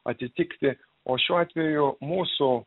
atitikti o šiuo atveju mūsų